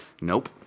Nope